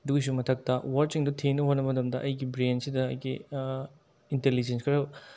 ꯑꯗꯨꯒꯤꯁꯨ ꯃꯊꯛꯇ ꯋꯥꯔꯗꯁꯤꯡꯗꯣ ꯊꯤꯅꯕ ꯍꯣꯠꯅꯕ ꯃꯇꯝꯗ ꯑꯩꯒꯤ ꯕ꯭ꯔꯦꯟꯁꯤꯗ ꯑꯩꯒꯤ ꯏꯟꯇꯂꯤꯖꯦꯟꯁ ꯈꯔ